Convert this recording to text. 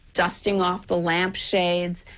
dusting off the lamp shades.